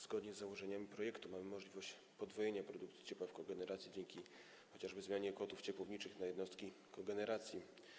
Zgodnie z założeniami projektu mamy możliwość podwojenia produkcji ciepła w kogeneracji dzięki chociażby zmianie kotłów ciepłowniczych na jednostki kogeneracji.